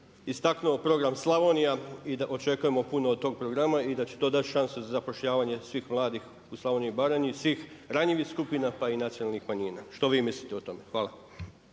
istaknuo program Slavonija i očekujemo puno od tog programa i da će to dat šansu za zapošljavanje svih mladih u Slavoniji i Baranji, svih ranjivih skupina, pa i nacionalnih manjina. Što vi mislite o tome? Hvala.